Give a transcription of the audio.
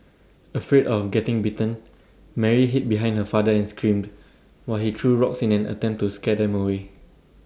afraid of getting bitten Mary hid behind her father and screamed while he threw rocks in an attempt to scare them away